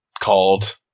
called